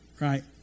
right